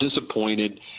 disappointed